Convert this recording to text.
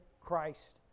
Christ